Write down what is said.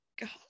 god